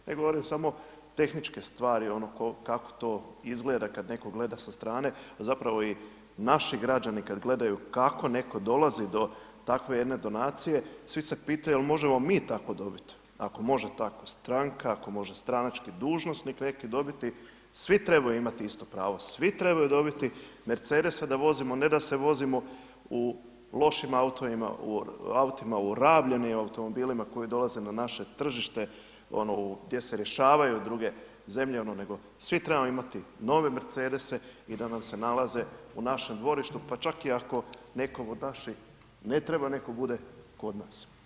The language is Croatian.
Ja govorim samo tehničke stvari kako to izgleda kad netko gleda sa strane, zapravo i naši građani kad gledaju kako netko dolazi do takve jedne donacije, svi se pitaju jel možemo mi tako dobit, ako može tako stranka, ako može stranački dužnosnik neki dobiti, svi trebaju imati isto pravo, svi trebaju dobiti Mercedesa da vozimo, ne da se vodimo u lošim autima, u rabljenim automobilima koji dolaze na naše tržište, gdje se rješavaju druge zemlje, nego svi trebamo imati nove Mercedese i da nam se nalaze u našem dvorištu, pa čak i ako nekom od naših ne treba, neka bude kod nas.